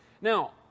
Now